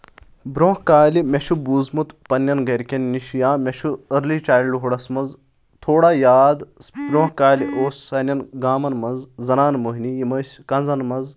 برونٛہہ کالہِ مےٚ چھُ بوٗزمُت پننؠن گرِکؠن نِش یا مےٚ چھُ أرلی چایلڈٕہُڈَس منٛز تھوڑا یاد برونٛہہ کالہِ اوس سانؠن گامَن منٛز زنان مہنی یِم ٲسۍ کَنٛزن منٛز